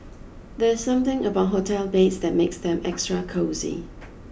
there's something about hotel beds that makes them extra cosy